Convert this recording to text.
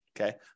Okay